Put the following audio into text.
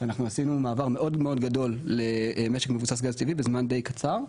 שאנחנו עשינו מעבר מאוד גדול למשק מבוסס גז טבעי בזמן די קצר,